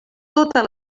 totes